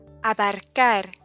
Abarcar